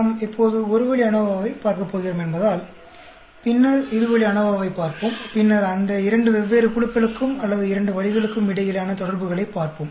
நாம் இப்போது ஒரு வழி அநோவாவை பார்க்கப் போகிறோம் என்பதால் பின்னர் இரு வழி அநோவாவைப் பார்ப்போம்பின்னர்அந்த இரண்டு வெவ்வேறு குழுக்களுக்கும் அல்லது இரண்டு வழிகளுக்கும் இடையிலான தொடர்புகளைப் பார்ப்போம்